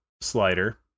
slider